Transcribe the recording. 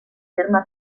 terme